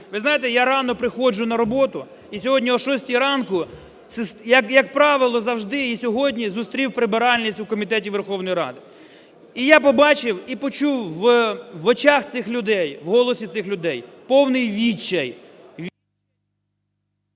Ви знаєте, я рано приходжу на роботу, і сьогодні о 6 ранку я, як правило, завжди, і сьогодні зустрів прибиральниць у комітеті Верховної Ради. І я побачив і почув в очах цих людей, в голосі цих людей повний відчай…